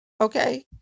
Okay